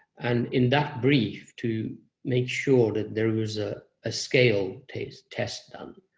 and in that brief, to make sure that there was a ah scale test test done.